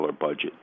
budget